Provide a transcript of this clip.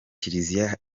kiliziya